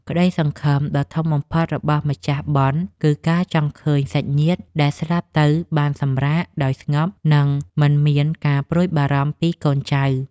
ក្តីសង្ឃឹមដ៏ធំបំផុតរបស់ម្ចាស់បុណ្យគឺការចង់ឃើញសាច់ញាតិដែលស្លាប់ទៅបានសម្រាកដោយស្ងប់ និង មិនមានការព្រួយបារម្ភពីកូនចៅ។